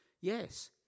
Yes